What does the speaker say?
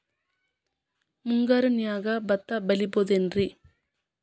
ಮುಂಗಾರಿನ್ಯಾಗ ಭತ್ತ ಬೆಳಿಬೊದೇನ್ರೇ?